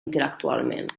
intel·lectualment